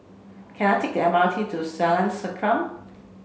can I take the M R T to Jalan Sankam